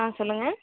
ஆ சொல்லுங்க